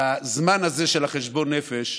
בזמן הזה של חשבון הנפש,